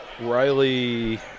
Riley